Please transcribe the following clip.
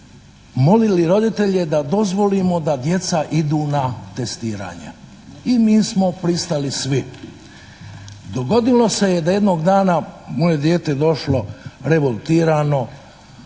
molili roditelje da dozvolimo da djeca idu na testiranje. I mi smo pristali svi. Dogodilo se je da jednog dana moje dijete je došlo revoltirano,